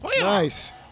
Nice